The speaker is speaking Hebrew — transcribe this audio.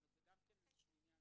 זה גם איזשהו עניין